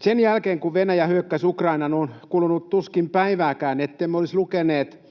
Sen jälkeen, kun Venäjä hyökkäsi Ukrainaan, on kulunut tuskin päivääkään, ettemme olisi lukeneet